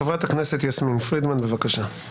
חברת הכנסת יסמין פרידמן, בבקשה.